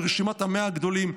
ברשימת 100 הגדולים.